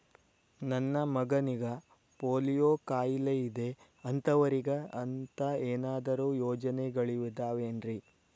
ನನ್ನ ಮಗನಿಗ ಪೋಲಿಯೋ ಕಾಲಿದೆ ಅಂತವರಿಗ ಅಂತ ಏನಾದರೂ ಯೋಜನೆಗಳಿದಾವೇನ್ರಿ?